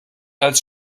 als